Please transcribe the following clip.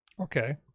Okay